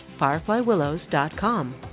fireflywillows.com